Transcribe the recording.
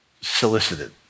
solicited